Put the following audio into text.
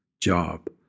job